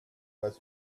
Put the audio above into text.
was